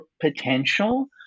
potential